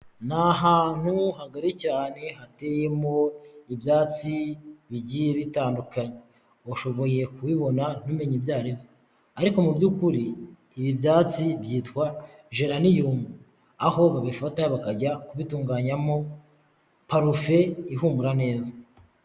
Ni ahantu hagari cyane hateyemo ibyatsi bigiye bitandukanye. Ushoboye kubibona ntumenye ibyo ari byo. Ariko mu by'ukuri ibi byatsi byitwa jeraniyumu, aho babifata bakajya kubitunganyamo parufe ihumura neza.